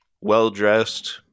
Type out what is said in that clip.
well-dressed